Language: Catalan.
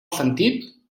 sentit